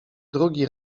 drugi